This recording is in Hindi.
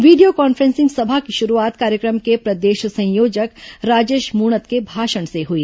वीडियो कॉन् फ्रें सिंग सभा की शुरूआत कार्य क्र म के प्रदेश संयोजक राजेश मूणत के भाषण से हुई